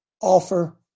Offer